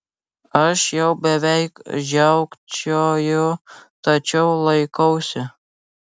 aš jau beveik žiaukčioju tačiau laikausi